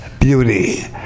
beauty